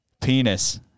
Penis